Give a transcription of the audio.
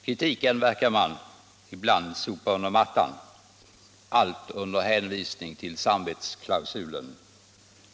Kritiken sopar man under mattan med hänvisning till samvetsklausulen.